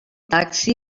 taxi